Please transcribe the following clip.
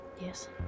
yes